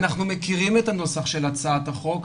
אנחנו מכירים את הנוסח של הצעת החוק,